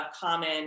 common